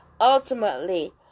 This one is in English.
ultimately